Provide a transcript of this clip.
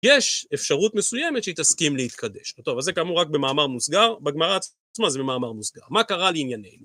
יש אפשרות מסוימת שהתעסקים להתקדש. טוב, אז זה כאמור רק במאמר מוסגר, בגמרא, זאת אומרת זה במאמר מוסגר. מה קרה לעניינו?